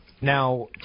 Now